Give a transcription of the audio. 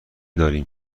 داریم